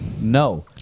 No